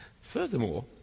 Furthermore